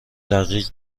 دقیق